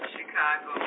Chicago